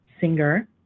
singer